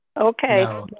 Okay